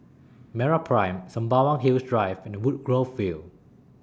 Meraprime Sembawang Hills Drive and Woodgrove View